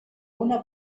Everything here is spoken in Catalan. una